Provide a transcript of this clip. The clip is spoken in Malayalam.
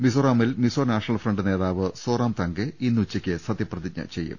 മിസോറാമിൽ മിസോ നാഷണൽ ഫ്രണ്ട് നേതാവ് സോറാം താങ്കെ ഇന്ന് ഉച്ചക്ക് സത്യപ്രതിജ്ഞ ചെയ്യും